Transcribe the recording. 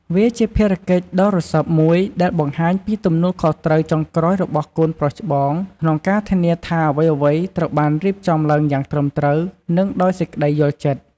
វាជាភារកិច្ចដ៏រសើបមួយ ដែលបង្ហាញពីទំនួលខុសត្រូវចុងក្រោយរបស់កូនប្រុសច្បងក្នុងការធានាថា អ្វីៗត្រូវបានរៀបចំឡើងយ៉ាងត្រឹមត្រូវ និងដោយសេចក្ដីយល់ចិត្ត។